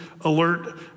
alert